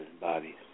bodies